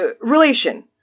relation